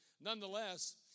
nonetheless